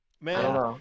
man